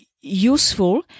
useful